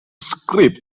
script